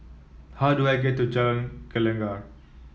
how do I get to Jalan Gelegar